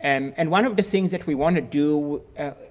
and and one of the things that we want to do